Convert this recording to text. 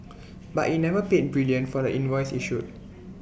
but IT never paid brilliant for the invoice issued